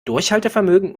durchhaltevermögen